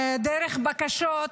דרך בקשות,